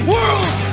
World